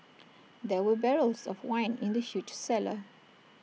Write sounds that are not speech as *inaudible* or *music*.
*noise* there were barrels of wine in the huge cellar